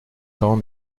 cents